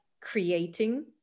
creating